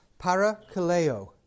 parakaleo